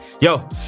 Yo